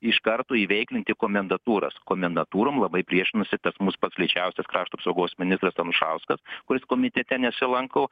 iš karto įveiklinti komendantūras komendantūrom labai priešinosi tas mūsų pats lėčiausias krašto apsaugos ministras tanušauskas kuris komitete nesilankau